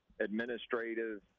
administrative